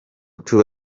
tuba